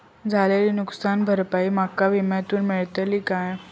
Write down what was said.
झालेली नुकसान भरपाई माका विम्यातून मेळतली काय?